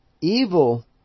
evil